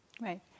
Right